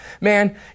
Man